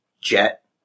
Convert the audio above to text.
Jet